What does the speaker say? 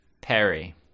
perry